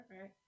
right